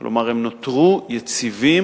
כלומר, הם נותרו יציבים,